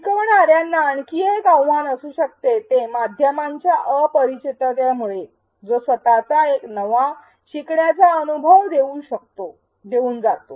शिकवणार्यांना आणखी एक आव्हान असू शकते ते माध्यमांच्या अपरिचिततेमुळे जो स्वतःचा एक नवा शिकण्याचा अनुभव देऊन जातो